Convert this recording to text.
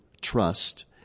trust